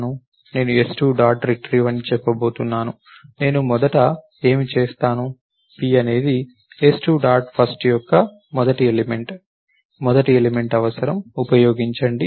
నేను s2 dot retrieved అని చెప్పబోతున్నాను నేను మొదట ఏమి చేస్తాను p అనేది s2 డాట్ ఫస్ట్ యొక్క మొదటి ఎలిమెంట్ మొదటి ఎలిమెంట్ అవసరం ఉపయోగించండి